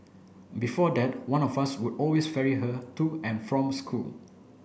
before that one of us would always ferry her to and from school